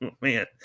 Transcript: man